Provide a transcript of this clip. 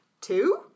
Two